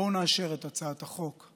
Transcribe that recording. בואו נאשר את הצעת החוק.